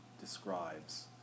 describes